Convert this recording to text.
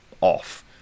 off